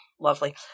lovely